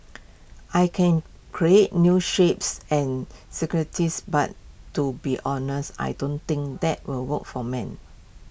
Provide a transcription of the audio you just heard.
I can create new shapes and but to be honest I don't think that will work for men